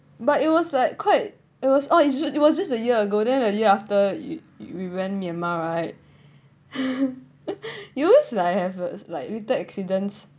but it was like quite it was oh it's just it was just a year ago then a year ah you we went myanmar right you always like have a like little accidents